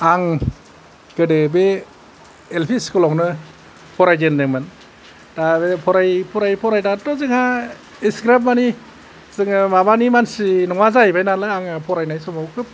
आं गोदो बे एल फि स्कुलावनो फराय जेनदोंमोन दा आरो फरायै फरायै नानथ' जोंहा एसिग्राब मानि जोङो माबानि मानसि नङा नालाय जाहैबाय जों फरायनाय समाव